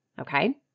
okay